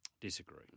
Disagree